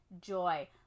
joy